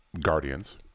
guardians